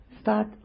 start